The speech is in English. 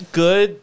good